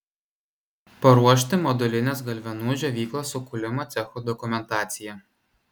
paruošti modulinės galvenų džiovyklos su kūlimo cechu dokumentaciją